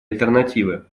альтернативы